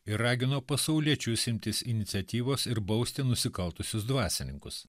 ir ragino pasauliečius imtis iniciatyvos ir bausti nusikaltusius dvasininkus